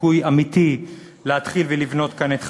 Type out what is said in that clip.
סיכוי אמיתי להתחיל ולבנות כאן את חייו.